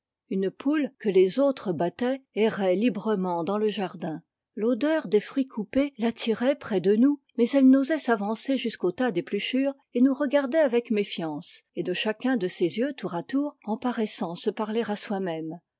une poule que les autres battaient errait librement dans le jardin l'odeur des fruits coupés l'attirait près de nous mais elle n'osait s'avancer jusqu'au tas d'épluchures et nous regardait avec méfiance et de chacun de ses yeux tour à tour en paraissant se parler à soi-même